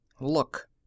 Look